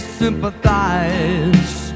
sympathize